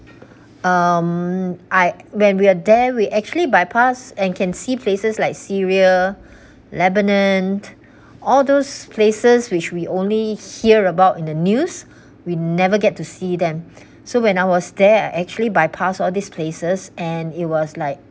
um I when we are there we actually bypass and can see places like syria lebanon all those places which we only hear about in the news we never get to see them so when I was there I actually bypass all these places and it was like